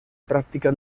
práctica